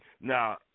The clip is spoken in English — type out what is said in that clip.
Now